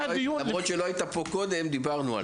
למרות שלא היית קודם, דיברנו על זה.